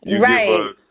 Right